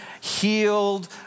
healed